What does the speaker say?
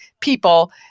people